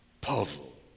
puzzle